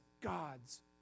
God's